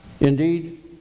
Indeed